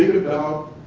about